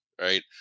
right